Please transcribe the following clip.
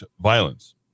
violence